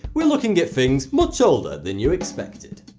we're looking at things much older than you expected.